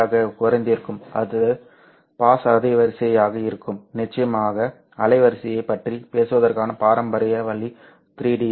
யாகக் குறைந்திருக்கும் அது பாஸ் அலைவரிசையாக இருக்கும் நிச்சயமாக அலைவரிசையைப் பற்றி பேசுவதற்கான பாரம்பரிய வழி 3 dB